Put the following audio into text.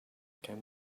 can